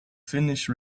finished